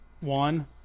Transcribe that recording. one